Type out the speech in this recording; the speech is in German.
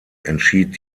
entschied